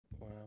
Wow